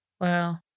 Wow